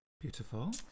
Beautiful